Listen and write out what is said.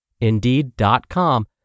Indeed.com